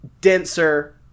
denser